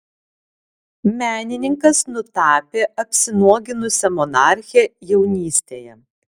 menininkas nutapė apsinuoginusią monarchę jaunystėje